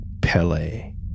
Pele